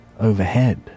Overhead